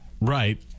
right